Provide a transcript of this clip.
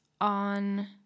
on